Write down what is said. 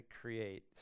create